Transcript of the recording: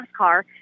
NASCAR